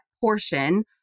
portion